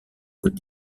côte